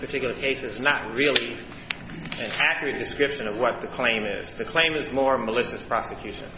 particular case is not really accurate description of what the claim is the claim is more malicious prosecution